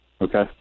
Okay